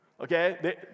Okay